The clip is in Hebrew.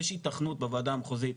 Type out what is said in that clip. יש התכנות בוועדה המחוזית,